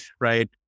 right